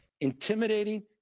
intimidating